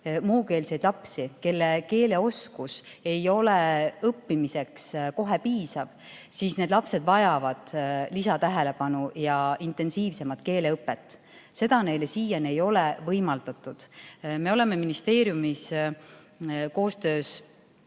muukeelseid lapsi, kelle keeleoskus ei ole kohe õppimiseks piisav, siis need lapsed vajavad lisatähelepanu ja intensiivsemat keeleõpet. Seda ei ole neile siiani võimaldatud. Me oleme ministeeriumis koostöös